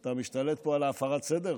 אתה משתלט פה על הפרת הסדר?